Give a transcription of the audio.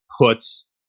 puts